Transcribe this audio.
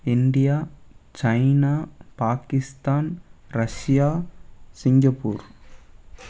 India China Pakistan Russia Singapore